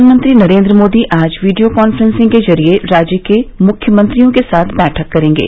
प्रधानमंत्री नरेंद्र मोदी आज video conferencing के जरिए राज्य के मुख्यमंत्रियों के साथ बैठक करेंगे